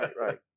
right